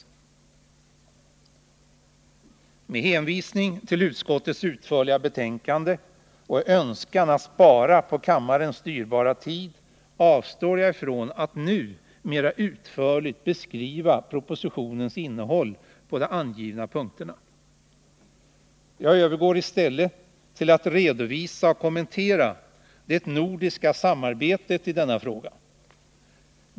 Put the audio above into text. Med hänvisning till utskottets utförliga betänkande och önskan att spara på kammarens dyrbara tid avstår jag ifrån att nu mera ingående beskriva propositionens innehåll på de angivna punkterna. Jag övergår i stället till att redovisa och kommentera det nordiska samarbetet i denna fråga.